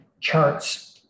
charts